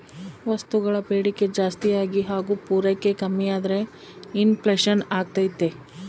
ವಸ್ತುಗಳ ಬೇಡಿಕೆ ಜಾಸ್ತಿಯಾಗಿ ಹಾಗು ಪೂರೈಕೆ ಕಮ್ಮಿಯಾದ್ರೆ ಇನ್ ಫ್ಲೇಷನ್ ಅಗ್ತೈತೆ